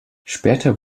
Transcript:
später